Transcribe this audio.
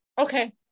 okay